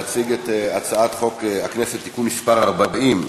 שוב אלינו כדי להציג את הצעת חוק הכנסת (תיקון מס' 40),